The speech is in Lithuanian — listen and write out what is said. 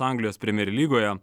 anglijos premjer lygoje